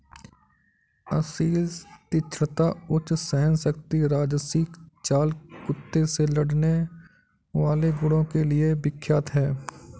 असील तीक्ष्णता, उच्च सहनशक्ति राजसी चाल कुत्ते से लड़ने वाले गुणों के लिए विख्यात है